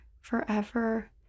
forever